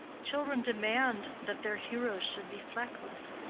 children demand that their heroes should be fleckless,